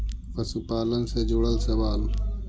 पशुपालन से जुड़ल सवाल?